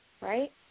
right